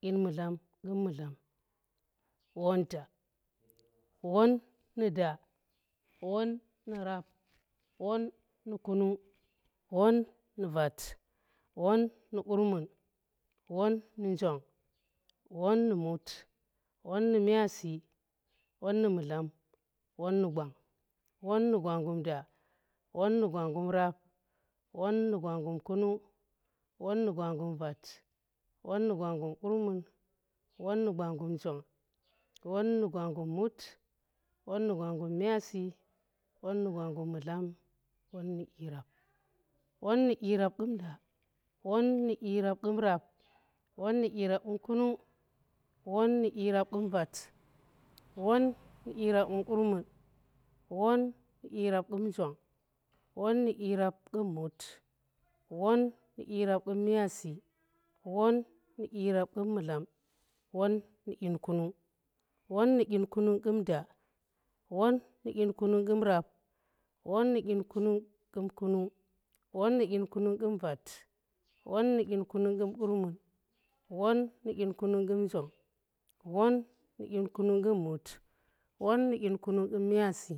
Dyim mudlam qum mudlam, won won nu da,. won nu qurmun, won nu njong, won u mut, won nu qurmun,. won nu njong won nu mut, won nu myazi won nu mudlan. on won gwang Won nu gwanggum da, won nu gwanggum rap won nu gwanggum kunung,. won na gwanggu m vat, won nu gwanggwum wurmun, won nu gwanggum. njong, won nu gwanggum mut, won nu gwanggum myazi, won nu gwnggum mudlam, won nu dyi rap won nu dyi rap qum da. won nu dyi rap qum rap. won nu dyi rap qum kunung. won nu dyi rap qum vat. won nu dyi rap qum qurmun. won nu dyi rap qum njong. won nu dyi rap qum mut. won nu dyi rap qum myazi. won nu dyi rap qum mudlam. won nu dyi rap kunung. won nu dyi rap kunung qum da. won nu dyi rap kunung qum rap. won nu dyi rap kunung qum kunung. won nu dyi rap kunung qum vat. won nu dyi rap kunung qum qurmun. won nu dyi rap kunung qum njong. won nu dyi rap kunung qum mut. won nu dyi rap kunung qum myazi.